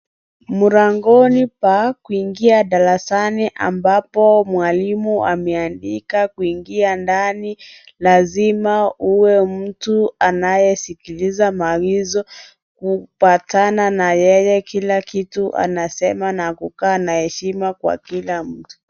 Mlangoni pa kuingia darasani, ambapo mwalimu, ameandika kuingia ndani, lazima uwe mtu, anayesikiliza maagizo. Kuupatana na yeye kila kitu anasema na kukaa na heshima kwa kila mtu.